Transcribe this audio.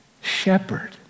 Shepherd